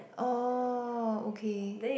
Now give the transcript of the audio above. oh okay